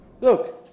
Look